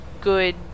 good